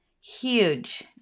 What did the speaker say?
huge